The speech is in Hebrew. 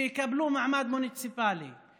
שיקבלו מעמד מוניציפלי,